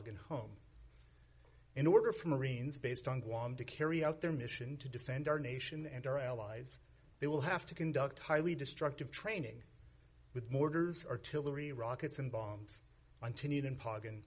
and home in order for marines based on guam to carry out their mission to defend our nation and our allies they will have to conduct highly destructive training with mortars artillery rockets and bombs on